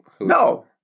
No